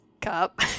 cup